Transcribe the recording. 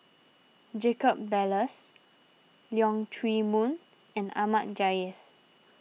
Jacob Ballas Leong Chee Mun and Ahmad Jais